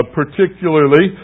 particularly